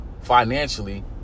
Financially